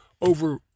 over